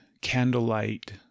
candlelight